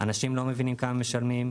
אנשים לא מבינים כמה הם משלמים,